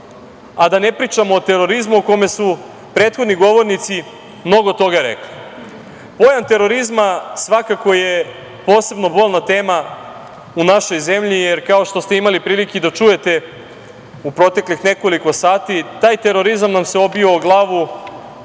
a da ne pričam o terorizmu o kome su prethodni govornici mnogo toga rekli. Pojam terorizma svakako je posebno bolna tema u našoj zemlji, jer, kao što ste imali prilike da čujete u proteklih nekoliko sati, taj terorizam nam se obio o glavu